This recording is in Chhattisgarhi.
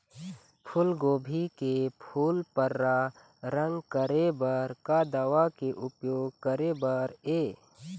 फूलगोभी के फूल पर्रा रंग करे बर का दवा के उपयोग करे बर ये?